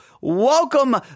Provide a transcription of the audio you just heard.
welcome